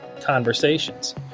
conversations